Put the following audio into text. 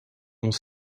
ont